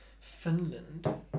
Finland